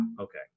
okay